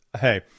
hey